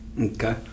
Okay